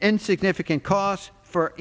and significant costs for